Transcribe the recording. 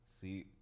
See